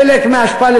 חלק מהאשפה,